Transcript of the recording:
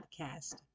podcast